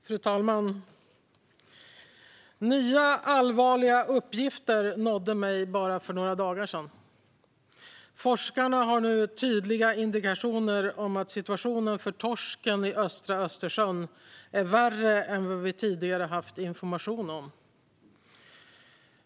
Fru talman! Nya allvarliga uppgifter nådde mig för bara några dagar sedan. Forskarna har nu tydliga indikationer på att situationen för torsken i östra Östersjön är värre än vad vi tidigare haft information om.